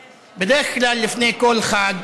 בדרך כלל, לפני כל חג,